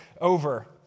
over